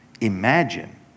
Imagine